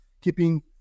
keeping